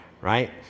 right